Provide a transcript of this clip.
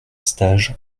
stage